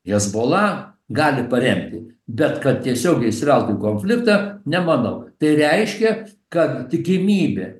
hezbola gali paremti bet kad tiesiogiai įsiveltų į konfliktą nemanau tai reiškia kad tikimybė